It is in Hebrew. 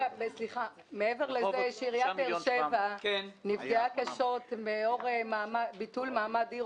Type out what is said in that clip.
מעבר לזה שעיריית באר שבע נפגעה קשות לאור ביטול מעמד עיר